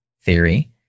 theory